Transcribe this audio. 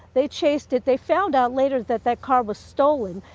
they chased it they found out later that that car was stolen.